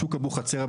בשוק אבוחצירא,